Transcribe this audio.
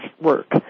work